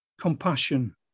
compassion